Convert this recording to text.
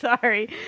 Sorry